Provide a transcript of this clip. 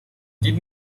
دید